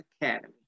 Academy